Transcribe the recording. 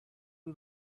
you